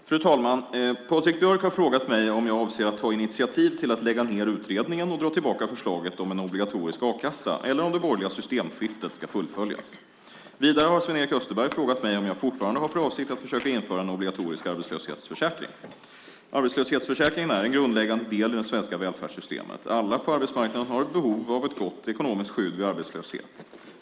Fru talman! Patrik Björck har frågat mig om jag avser att ta initiativ till att lägga ned utredningen och dra tillbaka förslaget om en obligatorisk a-kassa eller om det borgerliga systemskiftet ska fullföljas. Vidare har Sven-Erik Österberg frågat mig om jag fortfarande har för avsikt att försöka införa en obligatorisk arbetslöshetsförsäkring. Arbetslöshetsförsäkringen är en grundläggande del i det svenska välfärdssystemet. Alla på arbetsmarknaden har behov av ett gott ekonomiskt skydd vid arbetslöshet.